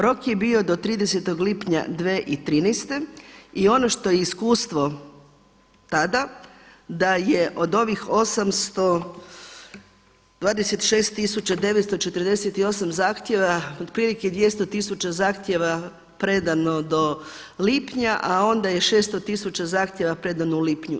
Rok je bio do 30. lipnja 2013. i ono što je iskustvo tada da je od ovih 826 tisuća 948 zahtjeva otprilike 200 tisuća zahtjeva predano do lipnja a onda je 600 tisuća zahtjeva predano u lipnju.